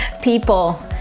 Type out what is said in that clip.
people